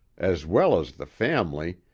as well as the family,